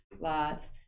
lots